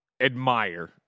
admire